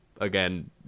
again